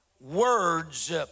Words